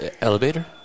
elevator